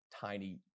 tiny